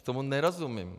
Tomu nerozumím.